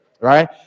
right